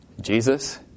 Jesus